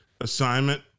assignment